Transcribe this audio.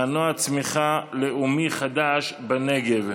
מנוע צמיחה לאומי חדש בנגב,